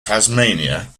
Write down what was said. tasmania